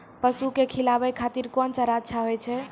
पसु के खिलाबै खातिर कोन चारा अच्छा होय छै?